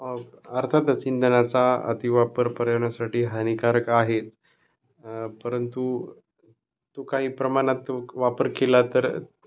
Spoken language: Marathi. अर्थातच इंधनाचा अति वापर पर्यावरणासाठी हानिकारक आहे परंतु तो काही प्रमाणात तो वापर केला तर